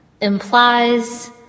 implies